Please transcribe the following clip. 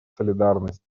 солидарность